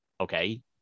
okay